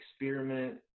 experiment